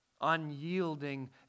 unyielding